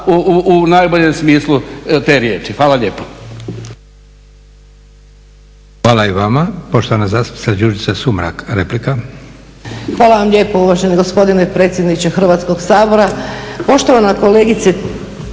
u najboljem smislu te riječi. Hvala lijepo.